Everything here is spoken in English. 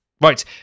Right